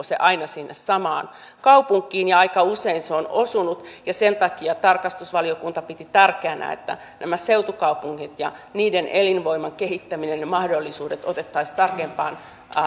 se aina sinne samaan kaupunkiin mutta aika usein se on osunut ja sen takia tarkastusvaliokunta piti tärkeänä että nämä seutukaupungit ja niiden elinvoiman kehittäminen ja mahdollisuudet otettaisiin tarkempaan